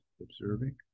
observing